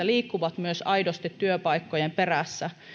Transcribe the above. liikkuvat suomessa aidosti työpaikkojen perässä